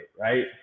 right